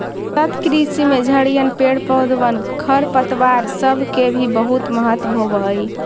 सतत कृषि में झड़िअन, पेड़ पौधबन, खरपतवार सब के भी बहुत महत्व होब हई